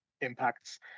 impacts